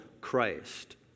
Christ